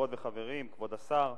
חברות וחברים, כבוד השר,